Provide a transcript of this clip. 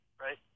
right